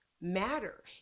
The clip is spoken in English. matter